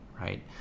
right